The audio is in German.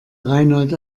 reinhold